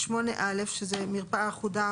8(א) (מרפאה אחודה,